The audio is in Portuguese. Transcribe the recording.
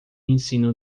ensino